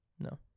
No